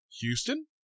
Houston